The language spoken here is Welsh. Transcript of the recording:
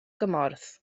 gymorth